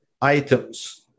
items